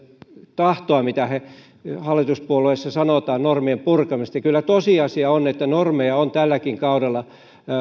tahtoa mitä hallituspuolueissa sanotaan normien purkamisesta niin kyllä tosiasia on että normeja on tälläkin kaudella